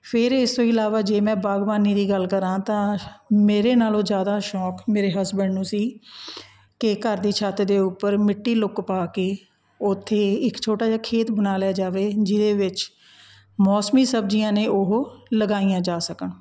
ਫੇਰ ਇਸ ਤੋਂ ਇਲਾਵਾ ਜੇ ਮੈਂ ਬਾਗਵਾਨੀ ਦੀ ਗੱਲ ਕਰਾਂ ਤਾਂ ਮੇਰੇ ਨਾਲ਼ੋਂ ਜ਼ਿਆਦਾ ਸ਼ੌਂਕ ਮੇਰੇ ਹਸਬੈਂਡ ਨੂੰ ਸੀ ਕਿ ਘਰ ਦੀ ਛੱਤ ਦੇ ਉੱਪਰ ਮਿੱਟੀ ਲੁੱਕ ਪਾ ਕੇ ਉੱਥੇ ਇੱਕ ਛੋਟਾ ਜਿਹਾ ਖੇਤ ਬਣਾ ਲਿਆ ਜਾਵੇ ਜਿਹਦੇ ਵਿੱਚ ਮੌਸਮੀ ਸਬਜ਼ੀਆਂ ਨੇ ਉਹ ਲਗਾਈਆਂ ਜਾ ਸਕਣ